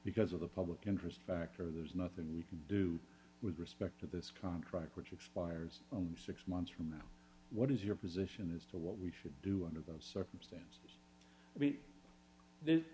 because of the public interest factor there's nothing we can do with respect to this contract which expires on six months from now what is your position as to what we should do under those circumstances i think there's